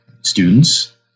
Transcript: students